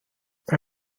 bei